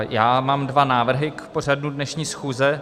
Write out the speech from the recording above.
Já mám dva návrhy k pořadu dnešní schůze.